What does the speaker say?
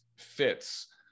fits